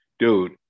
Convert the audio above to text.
Dude